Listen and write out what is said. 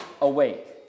awake